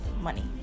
money